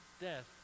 death